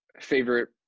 favorite